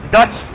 Dutch